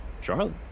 Charlotte